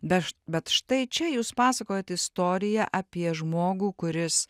beš bet štai čia jūs pasakojat istoriją apie žmogų kuris